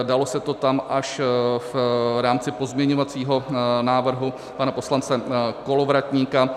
Dalo se to tam až v rámci pozměňovacího návrhu pana poslance Kolovratníka.